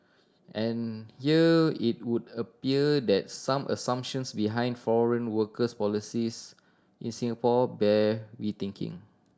and here it would appear that some assumptions behind foreign worker policies in Singapore bear rethinking